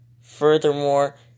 Furthermore